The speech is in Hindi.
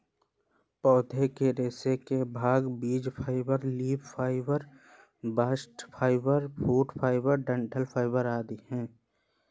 पौधे के रेशे के भाग बीज fibre, leaf fibre, bast fibre, fruit fibre, डंठल फाइबर आदि है